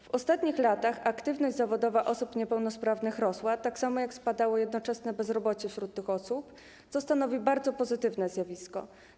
W ostatnich latach aktywność zawodowa osób niepełnosprawnych rosła, tak samo jak jednocześnie spadało bezrobocie wśród tych osób, co stanowi bardzo pozytywne zjawisko.